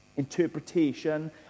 interpretation